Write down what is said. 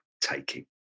taking